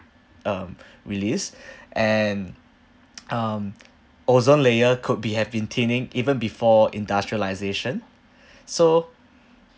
um release and um ozone layer could be have been thinning even before industrialisation so